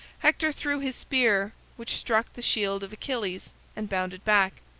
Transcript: hector threw his spear, which struck the shield of achilles and bounded back.